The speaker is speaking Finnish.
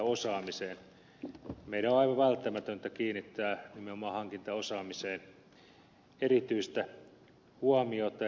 meidän on aivan välttämätöntä kiinnittää nimenomaan hankintaosaamiseen erityistä huomiota